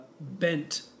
bent